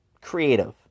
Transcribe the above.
creative